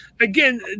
Again